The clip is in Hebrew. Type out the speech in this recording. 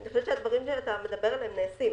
אני חושבת שהדברים שאתה מדבר עליהם נעשים.